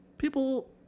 People